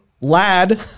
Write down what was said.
Lad